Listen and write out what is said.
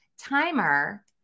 Timer